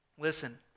Listen